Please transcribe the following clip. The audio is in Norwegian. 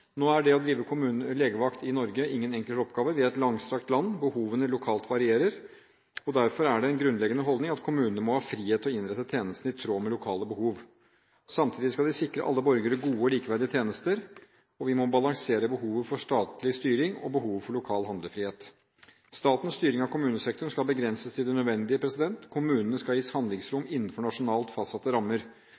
Nå er det å drive legevakt i Norge ingen enkel oppgave. Vi har et langstrakt land, behovene lokalt varierer. Derfor er det en grunnleggende holdning at kommunene må ha frihet til å innrette tjenesten i tråd med lokale behov. Samtidig skal de sikre alle borgere gode og likeverdige tjenester. Vi må balansere behovet for statlig styring med behovet for lokal handlefrihet. Statens styring av kommunesektoren skal begrenses til det nødvendige. Kommunene skal gis handlingsrom innenfor nasjonalt fastsatte rammer.